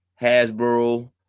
Hasbro